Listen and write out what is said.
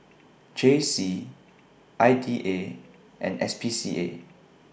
J C I D A and S P C A